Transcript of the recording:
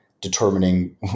determining